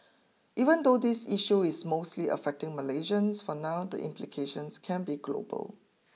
even though this issue is mostly affecting Malaysians for now the implications can be global